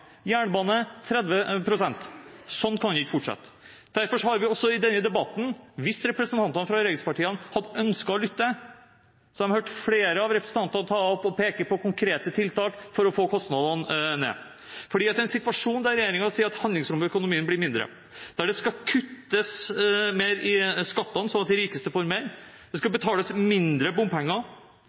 jernbane med 30 pst. Sånn kan det ikke fortsette. Hvis representantene fra regjeringspartiene hadde ønsket å lytte, hadde de i denne debatten hørt flere av representantene ta opp og peke på konkrete tiltak for å få kostnadene ned, fordi det er en situasjon der regjeringen sier at handlingsrommet i økonomien blir mindre, der det skal kuttes mer i skattene, sånn at de rikeste får mer, og det skal betales mindre bompenger.